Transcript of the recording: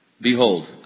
Behold